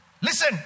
listen